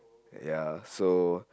ya so